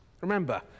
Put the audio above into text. Remember